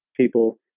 people